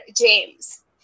James